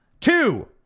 Two